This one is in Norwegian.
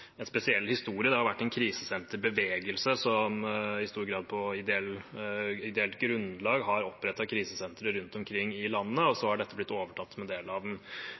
en spesiell historie. Det har vært en krisesenterbevegelse som i stor grad på ideelt grunnlag har opprettet krisesentre rundt omkring i landet, og så har dette blitt overtatt som en del av den